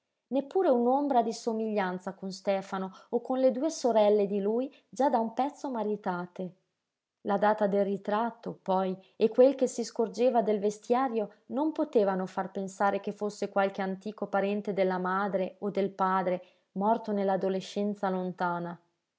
neppure un'ombra di somiglianza con stefano o con le due sorelle di lui già da un pezzo maritate la data del ritratto poi e quel che si scorgeva del vestiario non potevano far pensare che fosse qualche antico parente della madre o del padre morto nell'adolescenza lontana